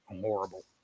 horrible